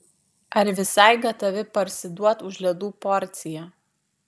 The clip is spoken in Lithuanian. ar visai gatavi parsiduot už ledų porciją